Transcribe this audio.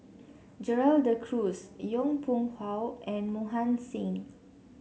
Gerald De Cruz Yong Pung How and Mohan Singh